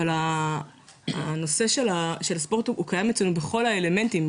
אבל הנושא של הספורט הוא קיים אצלנו בכל האלמנטים,